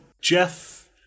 Jeff